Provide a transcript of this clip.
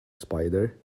spider